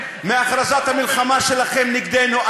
מהכרזת המלחמה שלכם נגדנו.